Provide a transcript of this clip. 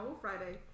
Friday